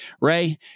Ray